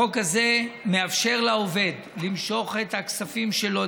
והחוק הזה מאפשר לעובד למשוך את הכספים שלו,